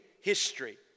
history